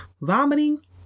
vomiting